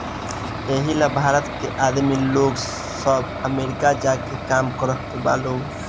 एही ला भारत के आदमी लोग सब अमरीका जा के काम करता लोग